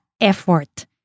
effort